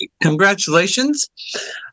Congratulations